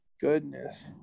Goodness